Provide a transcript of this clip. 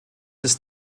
ist